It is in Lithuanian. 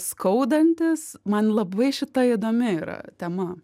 skaudantis man labai šita įdomi yra tema